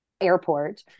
airport